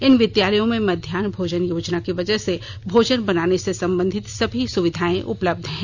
इन विद्यालयों में मध्याह भोजन योजना की वजह से भोजन बनाने से संबंधित सभी सुविधाएं उपलब्ध हैं